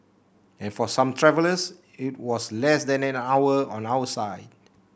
and for some travellers it was less than an hour on our side